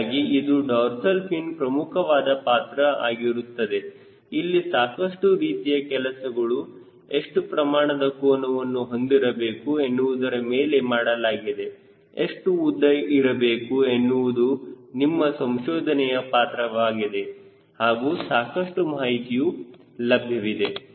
ಹೀಗಾಗಿ ಇದು dorsal fin ಪ್ರಮುಖವಾದ ಪಾತ್ರ ಆಗಿರುತ್ತದೆ ಅಲ್ಲಿ ಸಾಕಷ್ಟು ರೀತಿಯ ಕೆಲಸಗಳು ಎಷ್ಟು ಪ್ರಮಾಣದ ಕೋನವನ್ನು ಹೊಂದಿರಬೇಕು ಎನ್ನುವುದರ ಮೇಲೆ ಮಾಡಲಾಗಿದೆ ಎಷ್ಟು ಉದ್ದ ಇರಬೇಕು ಎನ್ನುವುದು ನಿಮ್ಮ ಸಂಶೋಧನೆಯ ಪಾತ್ರವಾಗಿದೆ ಹಾಗೂ ಸಾಕಷ್ಟು ಮಾಹಿತಿಯೂ ಲಭ್ಯವಿದೆ